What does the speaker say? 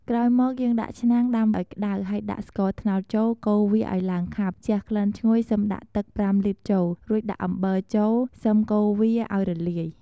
ក្រោយមកយេីងដាក់ឆ្នាំងដាំឱ្យក្តៅហេីយដាក់ស្ករត្នោតចូលកូរវាឱ្យឡើងខាប់ជះក្លិនឈ្ងុយសឹមដាក់ទឹកប្រាំលីត្រចូលរួចដាក់អំបិលចូលសឹមកូរវាឱ្យរលាយ។